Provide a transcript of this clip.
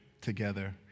together